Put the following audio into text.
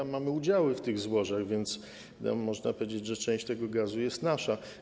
My mamy udziały w tych złożach, więc można powiedzieć, że część tego gazu jest nasza.